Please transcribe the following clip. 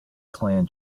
clan